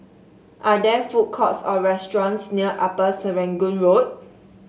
are there food courts or restaurants near Upper Serangoon Road